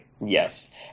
Yes